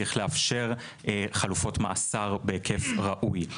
צריך לאפשר חלופות מאסר בהיקף ראוי.